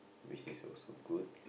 which is also good